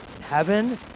heaven